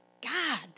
god